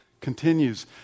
continues